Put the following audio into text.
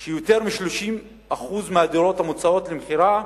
אני שמעתי משר השיכון שיותר מ-30% מהדירות המוצעות למכירה,